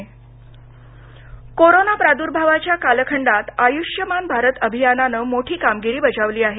Ayushman Bharat corona प्रादुर्भावाच्या कालखंडात आयुष्यमान भारत अभियानानं मोठी कामगिरी बजावली आहे